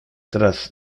tras